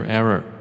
error